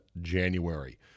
January